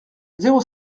zéro